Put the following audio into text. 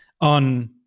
on